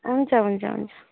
हुन्छ हुन्छ हुन्छ